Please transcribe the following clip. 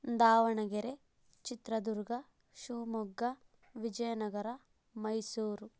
Davanagere Chitradurga Shivamogga Vijayanagara Mysuru